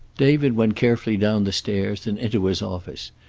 david went carefully down the stairs and into his office,